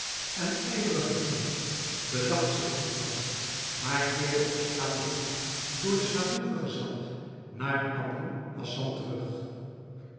en ijverige vriend bedacht zich niet lang maar keerde op staanden voet door de slavin vergezeld naar aboul hassan terug